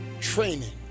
training